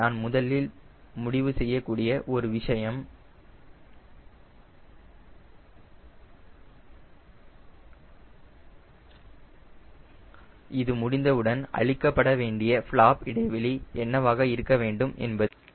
நான் முதலில் முடிவு செய்யக்கூடிய ஒரு விஷயம் இது முடிந்தவுடன் அளிக்கப்பட வேண்டிய ஃபளாப் இடைவெளி என்னவாக இருக்க வேண்டும் என்பது